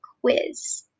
quiz